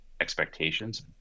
expectations